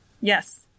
Yes